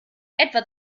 etwa